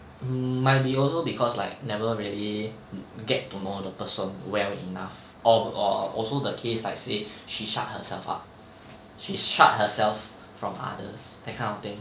might be also because like never really get to know the person well enough or also the case that say she shut herself up she shut herself from others that kind of thing